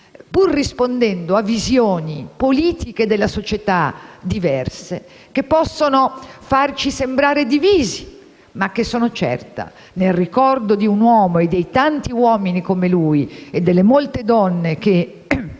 pur rispondendo a visioni politiche della società diverse che possono farci sembrare divisi. Ma sono certa che nel ricordo di un uomo e dei tanti uomini come lui e delle molte donne che